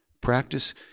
Practice